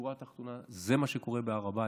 בשורה התחתונה זה מה שקורה בהר הבית.